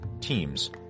teams